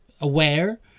aware